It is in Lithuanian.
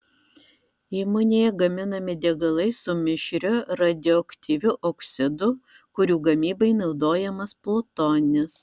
įmonėje gaminami degalai su mišriu radioaktyviu oksidu kurių gamybai naudojamas plutonis